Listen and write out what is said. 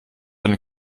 eine